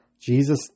Jesus